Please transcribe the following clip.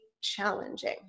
challenging